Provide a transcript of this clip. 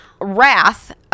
Wrath